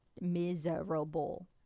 miserable